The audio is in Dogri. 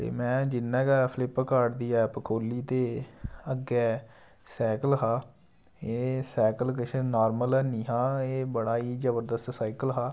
तें मे जिन्ना गै फ्लिपकार्ट दी ऐप खोली ते अग्गे सैकल हा एह् सैकल किश नार्मल है निं हा एह् बड़ा गै जबरदस्त साइकल हा